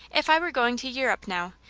if i were going to europe now,